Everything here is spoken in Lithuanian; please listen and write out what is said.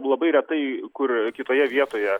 labai retai kur kitoje vietoje